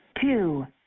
Two